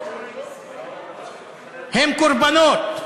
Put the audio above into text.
הם קורבנות,